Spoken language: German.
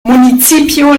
municipio